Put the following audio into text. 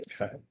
Okay